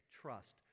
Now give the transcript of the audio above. trust